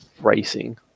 racing